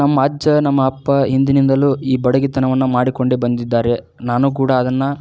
ನಮ್ಮ ಅಜ್ಜ ನಮ್ಮ ಅಪ್ಪ ಹಿಂದಿನಿಂದಲೂ ಈ ಬಡಗಿತನವನ್ನ ಮಾಡಿಕೊಂಡೆ ಬಂದಿದ್ದಾರೆ ನಾನು ಕೂಡ ಅದನ್ನು